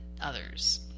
others